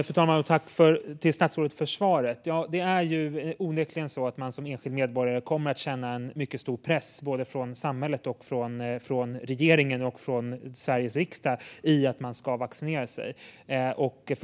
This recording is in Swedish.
Fru talman! Jag tackar statsrådet för svaret. Som enskild medborgare kommer man onekligen att känna en stor press från samhälle, regering och riksdag att vaccinera sig.